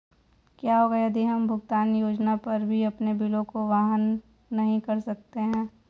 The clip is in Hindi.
क्या होगा यदि हम भुगतान योजना पर भी अपने बिलों को वहन नहीं कर सकते हैं?